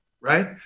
right